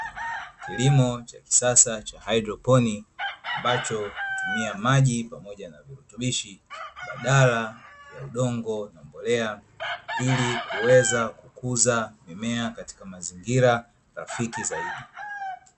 Kilimo cha kisasa cha haidroponi ambacho hutumia maji pamoja na virutubishi baadala ya udongo na mbolea, ili kuweza kukuza mimea katika mazingira rafiki zaidi.